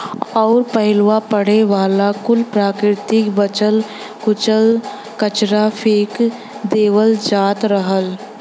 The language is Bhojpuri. अउर पहिलवा पड़े वाला कुल प्राकृतिक बचल कुचल कचरा फेक देवल जात रहल